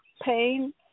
pain